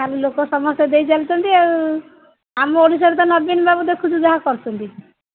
ଲୋକ ସମସ୍ତେ ଦେଇ ଚାଲିଛନ୍ତି ଆଉ ଆମ ଓଡ଼ିଶାରେ ତ ନବୀନ ବାବୁ ଦେଖୁଛୁ ଯାହା କରୁଛନ୍ତି